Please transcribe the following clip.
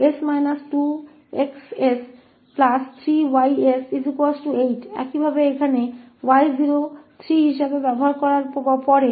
इसी तरह यहाँ इस 𝑦 को 3 के रूप में उपयोग करने के बाद हम 2𝑋𝑠 𝑠 − 1𝑌𝑠 प्राप्त करेंगे